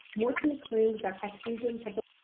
morton claimed that caucasians have but